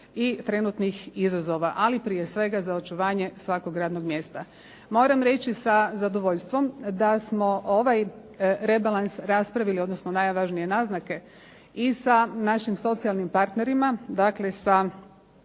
i trenutnih izazova, ali prije svega za očuvanje svakog radnog mjesta. Moram reći sa zadovoljstvom da smo ovaj rebalans raspravili, odnosno najvažnije naznake i sa našim socijalnim partnerima, dakle sa